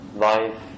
Life